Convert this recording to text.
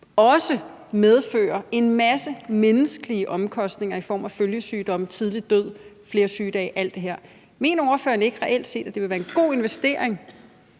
også medfører en masse menneskelige omkostninger i form af følgesygdomme, tidlig død, flere sygedage og alt det her. Mener ordføreren ikke, at det reelt set vil være en god investering